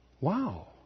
Wow